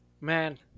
man